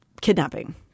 kidnapping